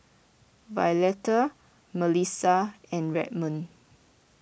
Violetta Melissa and Redmond